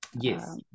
Yes